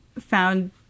found